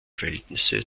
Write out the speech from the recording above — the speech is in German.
verhältnisse